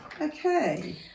okay